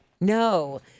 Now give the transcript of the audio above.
No